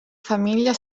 famiglia